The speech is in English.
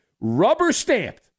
rubber-stamped